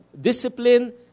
discipline